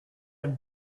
and